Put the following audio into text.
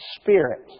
Spirit